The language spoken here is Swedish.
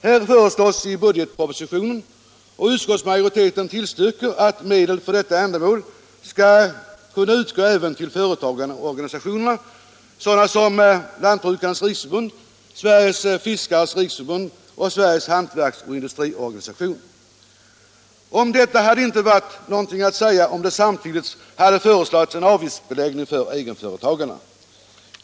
Här föreslås i budgetpropositionen, och utskottsmajoriteten tillstyrker, att medel för detta ändamål skall kunna utgå även till företagarorganisationer som Lantbrukarnas riksförbund, Sveriges 129 fiskares riksförbund och Sveriges hantverks och industriorganisation. Om detta hade det inte varit något att säga om det samtidigt hade föreslagits en avgiftsbeläggning för egenföretagarna.